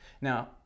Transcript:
Now